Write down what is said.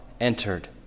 entered